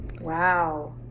Wow